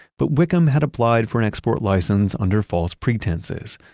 but wickham had applied for an export license under false pretenses.